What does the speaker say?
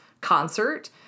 concert